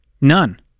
None